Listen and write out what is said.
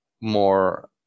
more